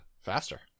faster